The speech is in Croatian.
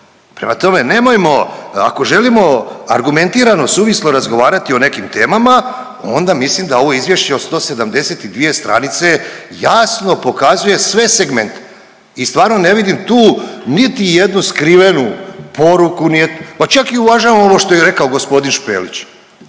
Prema tome nemojmo, ako želimo argumentirano i suvislo razgovarati o nekim temama onda mislim da ovo izvješće o 172 stranice jasno pokazuje sve segmente i stvarno ne vidim tu niti jednu skrivenu poruku, pa čak i uvažavam ovo što je rekao g. Špelić,